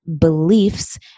beliefs